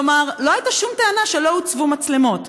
כלומר לא הייתה שום טענה שלא הוצבו מצלמות.